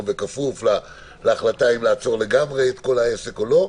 ובכפוף להחלטה אם לעצור לגמרי את העסק או לא.